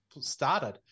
started